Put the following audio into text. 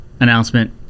announcement